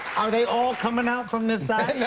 are they all coming out from this side?